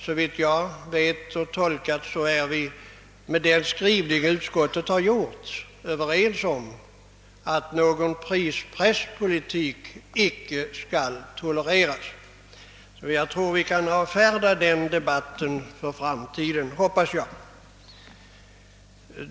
Som jag tolkat skrivningen är vi inom utskottet överens om att någon prispresspolitik inte skall tolereras. Jag hoppas därför att vi för framtiden kan avföra den debatten från dagordningen.